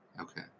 Okay